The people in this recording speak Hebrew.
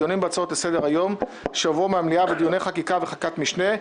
דיונים בהצעות לסדר היום שהועברו מהמליאה ודיוני חקיקה וחקיקת משנה,